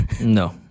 No